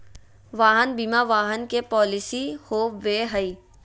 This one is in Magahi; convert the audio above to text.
वाहन बीमा वाहन के पॉलिसी हो बैय हइ